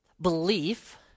belief